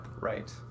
right